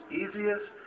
easiest